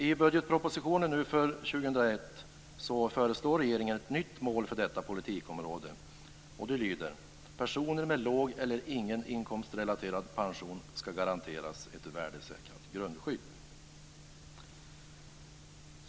I budgetpropositionen för 2001 föreslår regeringen ett nytt mål för detta politikområde, och det lyder: Personer med låg eller ingen inkomstrelaterad pension ska garanteras ett värdesäkrat grundskydd.